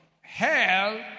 Hell